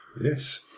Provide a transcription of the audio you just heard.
yes